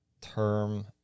term